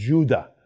Judah